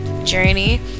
journey